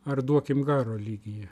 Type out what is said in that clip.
ar duokim garo lygyje